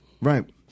Right